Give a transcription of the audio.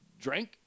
drank